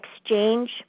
exchange